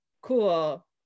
Cool